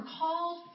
called